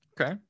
Okay